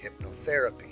hypnotherapy